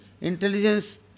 intelligence